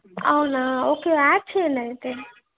అవునా okay add చేయండి అయితే